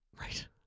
Right